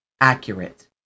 accurate